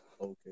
Okay